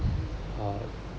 uh